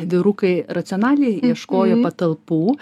vyrukai racionaliai ieškojo patalpų